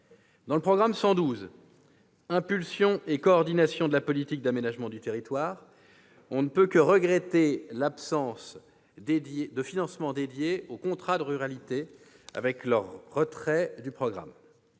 Dans le programme 112, « Impulsion et coordination de la politique d'aménagement du territoire », on ne peut que regretter l'absence de financement dédié aux contrats de ruralité et leur retrait du programme.